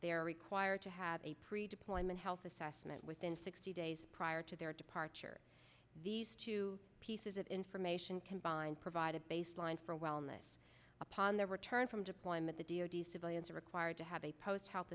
they are required to have a pre deployment health assessment within sixty days prior to their departure these two pieces of information combined provide a baseline for wellness upon their return from deployment the d o d s civilians are required to have a post health